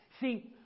See